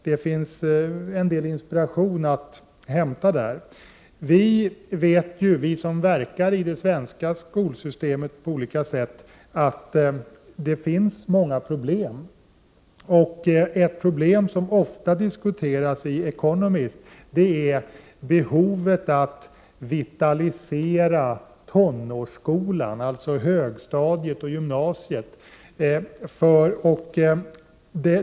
Det finns en del inspiration att hämta där. 81 Vi som på olika sätt verkar i det svenska skolsystemet vet att det finns 30 november 1988 många problem. Ett problem som ofta diskuteras i The Economist är behovet av att vitalisera tonårsskolan, dvs. högstadiet och gymnasiet.